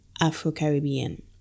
Afro-Caribbean